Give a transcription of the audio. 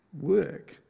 work